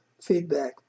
feedback